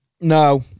No